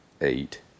eight